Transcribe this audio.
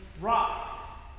rock